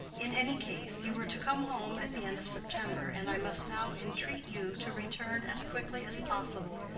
in any case, you were to come home at the end of september, and i must now entreat you to return as quickly as possible,